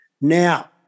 now